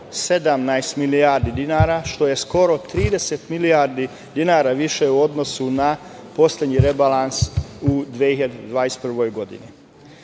1.517 milijardi dinara, što je skoro 30 milijardi dinara više u odnosu na poslednji rebalans u 2021. godini.